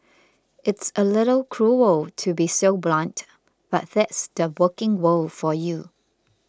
it's a little cruel to be so blunt but that's the working world for you